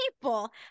people